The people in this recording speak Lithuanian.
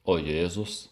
o jėzus